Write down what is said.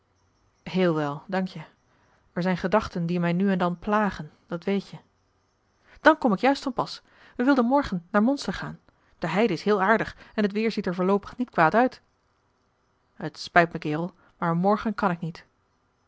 heel wel dank je er zijn gedachten die mij nu en dan plagen dat weet je dan kom ik juist van pas wij wilden morgen naar monster gaan terheide is heel aardig en het weer ziet er voorloopig niet kwaad uit het spijt mij kerel maar morgen kan ik niet